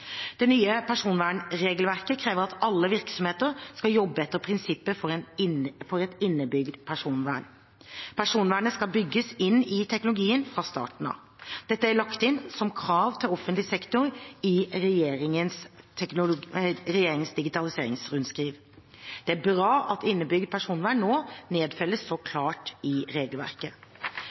Det nye personvernregelverket krever at alle virksomheter skal jobbe etter prinsippene for et innebygd personvern. Personvernet skal bygges inn i teknologien fra starten av. Dette er lagt inn som krav til offentlig sektor i regjeringens digitaliseringsrundskriv. Det er bra at innebygd personvern nå nedfelles så klart i regelverket.